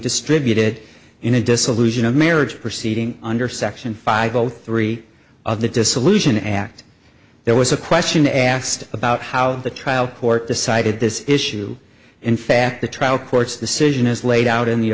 distributed in a dissolution of marriage proceeding under section five zero three of the dissolution act there was a question asked about how the trial court decided this issue in fact the trial court's decision is laid out in the